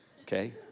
okay